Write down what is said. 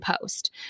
Post